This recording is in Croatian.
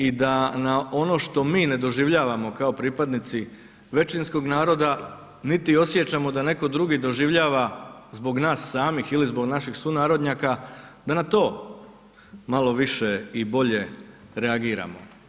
I da na ono što mi ne doživljavamo kao pripadnici većinskog naroda, niti osjećamo da netko drugi doživljava zbog nas samih ili zbog naših sunarodnjaka da na to malo više i bolje reagiramo.